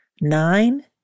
Nine